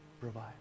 provide